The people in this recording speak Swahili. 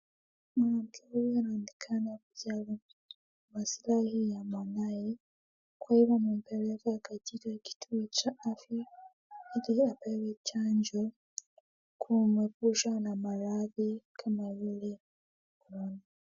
Mwanamke huyu anaonekana kujali maslahi ya mwanawe kwa hivyo amempeleka kwa ajili ya kituo cha afya ili apewe chanjo kumuepusha na maradhi kana vile...